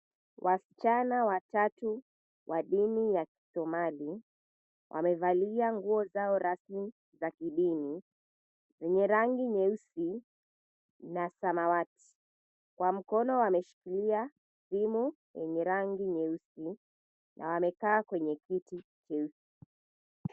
Wasichana watatu wa dini ya kisomali, wamevalia nguo zao rasmi za kidini zenye rangi nyeusi na samawati. Kwa mkono wameshikilia simu yenye rangi nyeusi na wamekaa kwenye kiti cheusi.